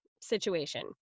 situation